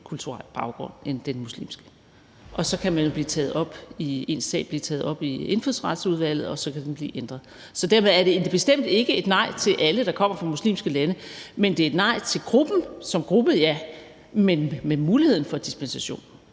kulturel baggrund end den muslimske. Så kan ens sag jo blive taget op i Indfødsretsudvalget, og så kan den blive ændret. Så dermed er det bestemt ikke et nej til alle, der kommer fra muslimske lande. Men det er et nej til gruppen som gruppe, ja, men med muligheden for dispensation.